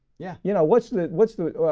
yeah. you know, what's the, what's the.